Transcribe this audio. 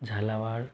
Jhalawar